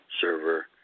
server